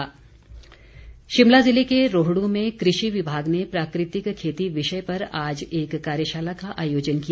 कार्यशाला शिमला जिले के रोहडू में कृषि विभाग ने प्राकृतिक खेती विषय पर आज एक कार्यशाला का आयोजन किया